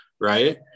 Right